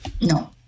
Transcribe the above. no